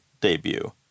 debut